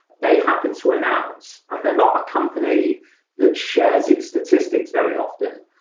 they happened to announce, and they're not a company that shares its statistics very often,